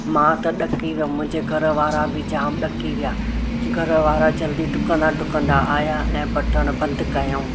मां त ॾकी वियमि मुंहिंजे घरवारा बि जाम ॾकी विया घरवारा जल्दी डुकंदा डुकंदा आहिया ऐं बटण बंदि कयूं